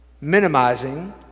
minimizing